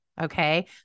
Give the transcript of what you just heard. Okay